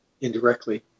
indirectly